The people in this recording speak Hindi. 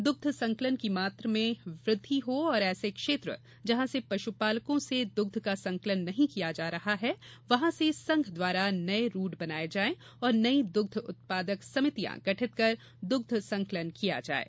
दुग्ध संकलन की मात्रा में वृद्धि हो और ऐसे क्षेत्र जहाँ से पशुपालकों से दुग्ध का संकलन नहीं किया जा रहा है वहाँ से संघ द्वारा नये रूट बनाये जायें और नयी दुग्ध उत्पादक समितियाँ गठित कर द्ग्ध संकलन किया जाये